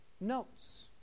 notes